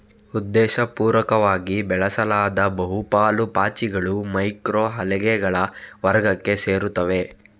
ಉದ್ದೇಶಪೂರ್ವಕವಾಗಿ ಬೆಳೆಸಲಾದ ಬಹು ಪಾಲು ಪಾಚಿಗಳು ಮೈಕ್ರೊ ಅಲ್ಗೇಗಳ ವರ್ಗಕ್ಕೆ ಸೇರುತ್ತವೆ